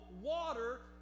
water